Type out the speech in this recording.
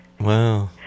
Wow